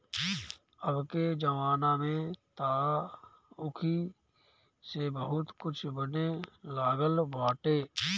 अबके जमाना में तअ ऊखी से बहुते कुछ बने लागल बाटे